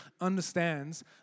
understands